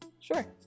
Sure